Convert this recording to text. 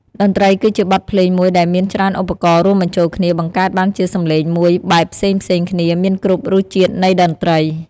តន្រ្តីគឺជាបទភ្លេងមួយដែលមានច្រើនឧបករណ៏រួមបញ្ចូលគ្នាបង្កើតបានជាសំឡេមួយបែបផ្សេងៗគ្នាមានគ្រប់រស់ជាតិនៃតន្រ្តី។